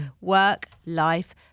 work-life